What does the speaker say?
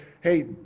hey